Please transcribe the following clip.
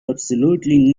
absolutely